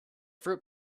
fruit